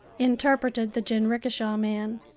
interpreted the jinrikisha man.